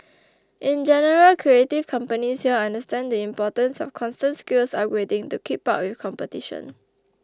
in general creative companies here understand the importance of constant skills upgrading to keep up with competition